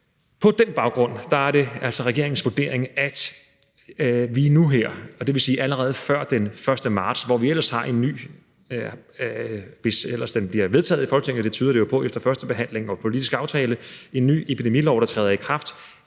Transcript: På den baggrund er det altså regeringens vurdering, at vi nu og her, og det vil sige allerede før den 1. marts, hvor vi ellers har en ny epidemilov, der træder i kraft – hvis ellers den bliver vedtaget i Folketinget; det tyder det på efter første behandling og politisk aftale – er nødt til at fremrykke